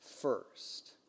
first